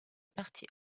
partie